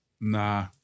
Nah